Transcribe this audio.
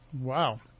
Wow